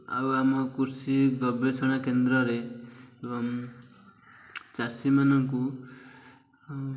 ଆଉ ଆମ କୃଷି ଗବେଷଣା କେନ୍ଦ୍ରରେ ଏବଂ ଚାଷୀମାନଙ୍କୁ